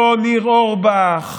לא ניר אורבך,